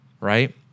right